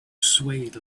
swayed